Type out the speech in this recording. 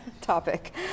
topic